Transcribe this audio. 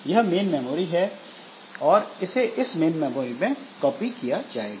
यह main memory है और इसे इस मेन मेमोरी में कॉपी किया जाएगा